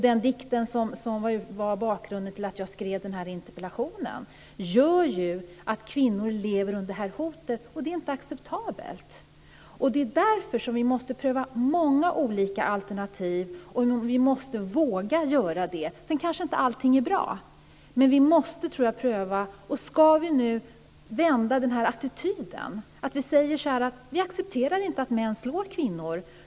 Den dikt som var bakgrunden till att jag skrev den här interpellationen visar ju att kvinnor lever under det här hotet, och det är inte acceptabelt. Det är därför som vi måste pröva många olika alternativ. Vi måste våga göra det. Sedan kanske inte allting är bra, men vi måste pröva. Vi måste vända den här attityden och säga att vi inte accepterar att män slår kvinnor.